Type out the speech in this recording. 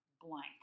blank